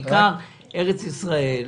בעיקר ארץ ישראל.